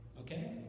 Okay